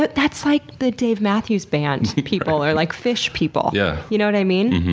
but that's like the dave matthews band people or like phish people, yeah you know what i mean?